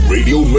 Radio